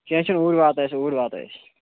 کیٚنٛہہ چھُنہٕ اوٗرۍ واتو أسۍ اوٗرۍ واتو أسۍ